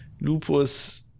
Lupus